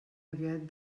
aviat